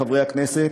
חברי הכנסת,